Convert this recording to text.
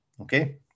okay